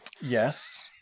Yes